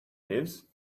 lives